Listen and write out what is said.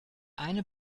eine